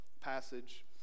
passage